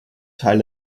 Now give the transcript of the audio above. teil